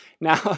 now